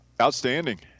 Outstanding